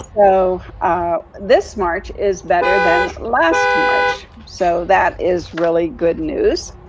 so ah this march is better than last march. so that is really good news.